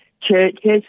churches